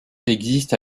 existe